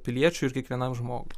piliečiui ir kiekvienam žmogui